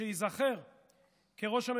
רק על הבסיס הזה, שר התיירות.